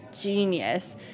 genius